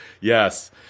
Yes